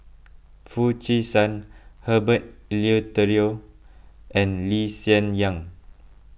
Foo Chee San Herbert Eleuterio and Lee Hsien Yang